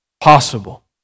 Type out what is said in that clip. possible